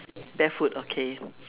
barefoot okay